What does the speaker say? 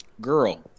girl